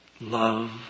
love